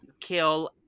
kill